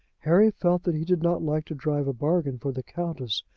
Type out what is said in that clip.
harry felt that he did not like to drive a bargain for the countess,